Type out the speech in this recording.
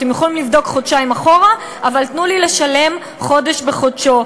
אתם יכולים לבדוק חודשיים אחורה אבל תנו לי לשלם חודש בחודשו.